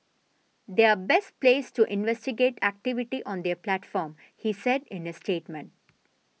they are best placed to investigate activity on their platform he said in a statement